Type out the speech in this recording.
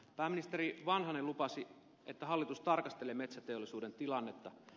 pääministeri vanhanen lupasi että hallitus tarkastelee metsäteollisuuden tilannetta